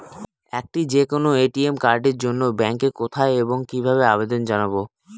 একটি যে কোনো এ.টি.এম কার্ডের জন্য ব্যাংকে কোথায় এবং কিভাবে আবেদন জানাব?